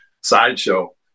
sideshow